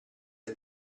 del